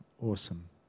awesome